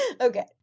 Okay